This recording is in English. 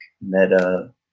meta